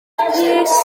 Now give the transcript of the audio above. plîs